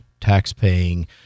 taxpaying